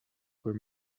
were